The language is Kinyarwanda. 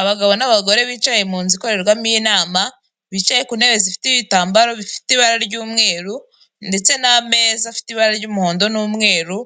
Abagabo n'abagore bicaye mu nzu ikorerwamo inama bicaye ku ntebe zifite ibitambaro bifite ibara ry'umweru ndetse n'ameza afite ibara ry'umuhondo n'umweru